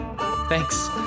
Thanks